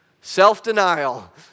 Self-denial